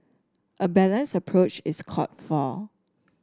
a balanced approach is called for